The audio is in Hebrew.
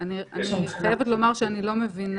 לזמן שאנחנו מקבלים